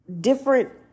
different